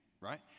right